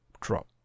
drop